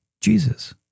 Jesus